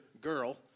girl